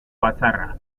batzarra